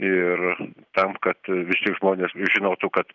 ir tam kad visi žmonės žinotų kad